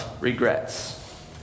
regrets